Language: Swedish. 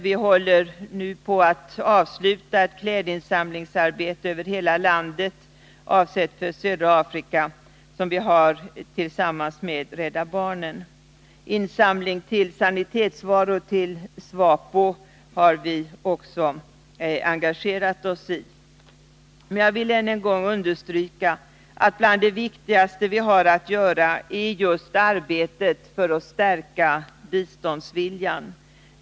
Vi håller nu på att tillsammans med Rädda barnen avsluta en klädinsamling över hela landet avsedd för södra Afrika. Vi har också engagerat oss i en insamling för sanitetsvaror till SWAPO. Jag vill än en gång understryka att bland det viktigaste vi har att göra är just arbetet för att stärka biståndsviljan.